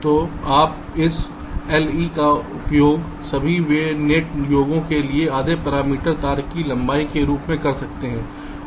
तो आप इस Le का उपयोग सभी नेट योगों के लिए आधे पैरामीटर तार की लंबाई के रूप में कर सकते हैं